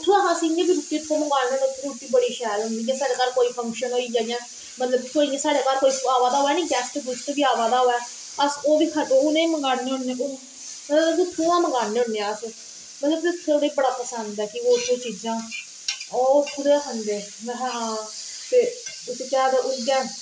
अस इयां बी रुट्टी उत्थूं दा मंगवाने होन्ने रुट्टी बड़ी होंदी अगर साढ़े घर कोई फंक्शन होई गेआ इयां मतलब साढ़े घर कोई अबे नेईं गेस्ट बी अबा दा होऐ अस उनें गी उत्थूं दा गै मंगवाने होन्ने मतलब असेंगी बड़ी पसंद ना जो ओह् चीजां ना अस और कुते खंदे ते उसी केह् आखदे